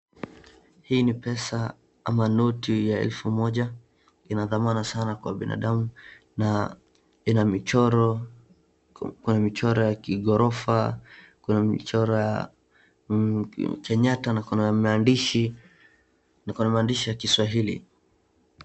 Hii ni pesa ama noti ya elfu moja, ina dhamana sana kwa binadamu na ina michoro ,kuna michoro ya kighorofa, kuna michoro ya Kenyatta na kuna maandishi ya kiswahili.